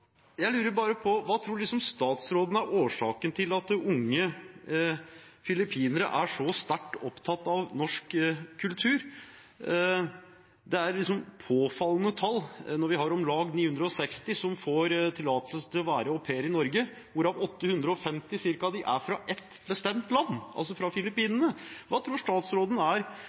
Jeg lurer på: Hva tror statsråden er årsaken til at unge filippinere er så sterkt opptatt av norsk kultur? Det er påfallende tall når vi har om lag 960 som får tillatelse til å være au pair i Norge, hvorav ca. 850 av dem er fra ett bestemt land, altså fra Filippinene. Hva tror statsråden er